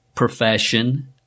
profession